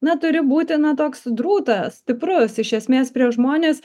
na turi būti na toks drūtas stiprus iš esmės prieš žmones